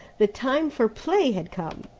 the time for play had come.